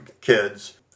kids